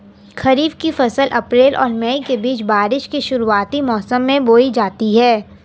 खरीफ़ की फ़सल अप्रैल और मई के बीच, बारिश के शुरुआती मौसम में बोई जाती हैं